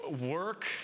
work